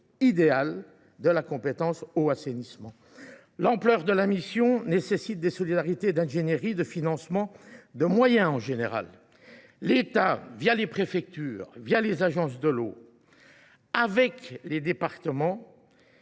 idéale des compétences « eau » et « assainissement ». L’ampleur de la mission nécessite des solidarités d’ingénierie, de financement et de moyens en général. L’État, les préfectures et les agences de l’eau, avec les départements,